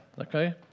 Okay